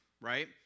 right